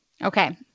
Okay